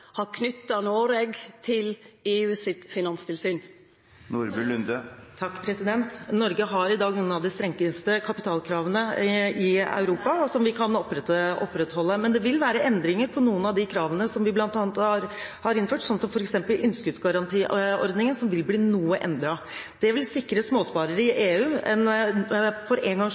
har knytt Noreg til EUs finanstilsyn? Norge har i dag noen av de strengeste kapitalkravene i Europa, som vi kan opprettholde, men det vil være endringer av noen av de kravene som vi har innført, f.eks. vil innskuddsgarantiordningen bli noe endret. Det vil – for en gangs skyld – sikre småsparere i EU